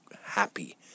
happy